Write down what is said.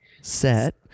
set